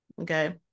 Okay